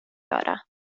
göra